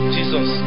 Jesus